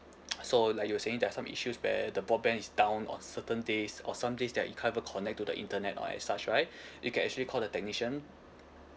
so like you were saying there are some issues where the broadband is down or certain days or some days that you can't even connect to the internet or as such right you can actually call the technician